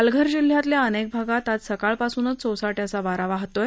पालघर जिल्ह्यातल्या अनेक भागांत आज सकाळ पासूनच सोसा िवाचा वारा वाहतोय